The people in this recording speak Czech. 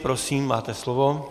Prosím, máte slovo.